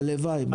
הלוואי.